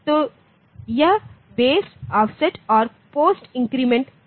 तो यह base of set और पोस्टिंक्रीमेंट है